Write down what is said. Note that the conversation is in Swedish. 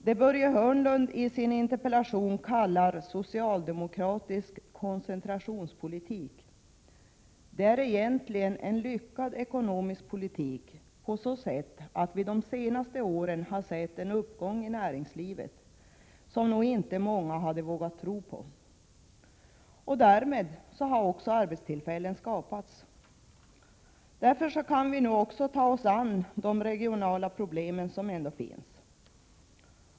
Det som Börje Hörnlund i sin interpellation kallar socialdemokratisk koncentrationspolitik är egentligen en lyckad ekonomisk politik på så sätt att vi under de senaste åren sett en uppgång i näringslivet som nog inte många hade vågat tro på. Därmed har också arbetstillfällen skapats. Därför kan vi nu också ta oss an de regionala problem som finns.